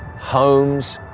homes,